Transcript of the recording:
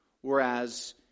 whereas